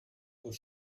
was